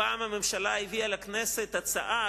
הפעם הממשלה הביאה לכנסת הצעה,